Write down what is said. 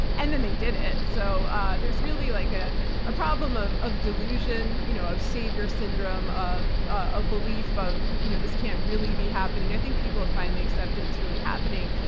and then they did it. so ah there's really like a ah problem of of delusion, you know of savior syndrome, of a belief of you know this can't really be happening. i think people have finally accepted it's really happening,